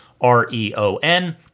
r-e-o-n